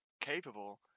capable